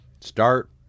start